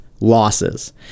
losses